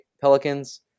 Pelicans